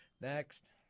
Next